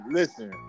listen